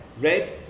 right